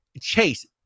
Chase